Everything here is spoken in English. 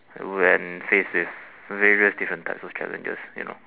when faced with various different types of challenges you know